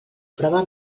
prova